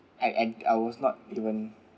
I I I was not even